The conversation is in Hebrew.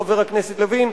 חבר הכנסת לוין,